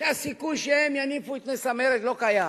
שהסיכוי שהם יניפו את נס המרד לא קיים.